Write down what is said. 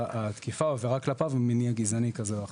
התקיפה או העבירה כלפיו היא ממניע גזעני כזה או אחר,